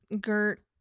Gert